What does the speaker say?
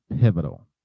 pivotal